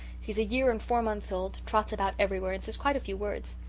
he's a year and four months old, trots about everywhere, and says quite a few words.